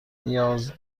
نیاز